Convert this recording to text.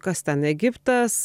kas ten egiptas